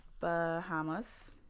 Bahamas